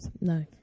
No